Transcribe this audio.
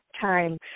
time